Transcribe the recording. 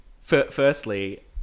Firstly